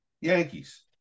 Yankees